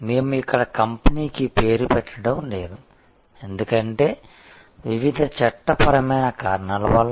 మేము ఇక్కడ కంపెనీకి పేరు పెట్టడం లేదు ఎందుకంటే వివిధ చట్టపరమైన కారణాల వల్ల